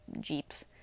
Jeeps